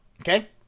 Okay